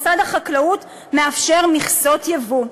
משרד החקלאות מאפשר מכסות יבוא.